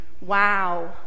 wow